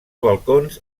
balcons